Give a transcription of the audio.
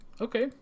okay